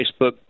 Facebook